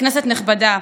כנסת נכבדה,